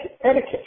etiquette